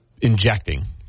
injecting